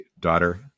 Daughter